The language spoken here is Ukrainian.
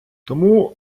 тому